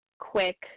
quick